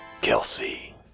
Kelsey